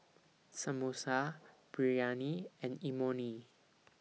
Samosa Biryani and Imoni